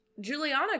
Juliana